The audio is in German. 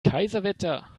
kaiserwetter